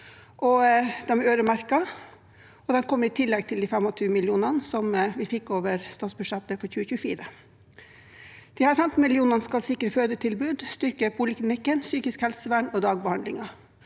De er øremerket, og de kommer i tillegg til de 25 mill. kr som vi fikk over statsbudsjettet for 2024. Disse 15 mill. kr skal sikre fødetilbudet og styrke poliklinikken, psykisk helsevern og dagbehandlingen.